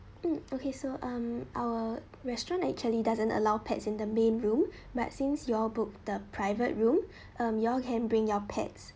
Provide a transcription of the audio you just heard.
mm okay so um our restaurant actually doesn't allow pets in the main room but since you all book the private room um you all can bring your pets